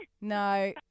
No